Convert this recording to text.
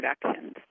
productions